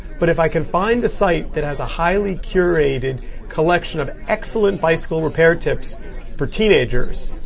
but if i can find a site that has a highly curated collection of excellent bicycle repair tips for teenagers,